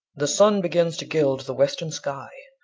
the sun begins to gild the western sky,